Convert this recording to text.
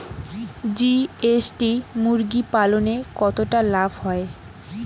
GST মুরগি পালনে কতটা লাভ হয়?